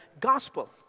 Gospel